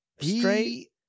Straight